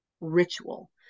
ritual